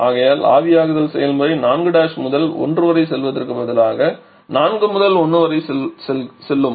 ஆகையால் ஆவியாகுதல் செயல்முறை 4முதல் 1 வரை செல்வதற்குப் பதிலாக நாம் உண்மையில் 4 முதல் 1 வரை செல்லும்